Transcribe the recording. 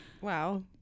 Wow